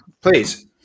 please